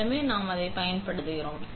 எனவே நாம் அதைப் பயன்படுத்துகிறோம்